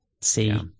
See